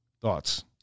Thoughts